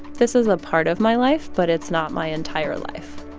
this is a part of my life, but it's not my entire life